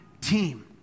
team